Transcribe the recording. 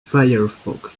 firefox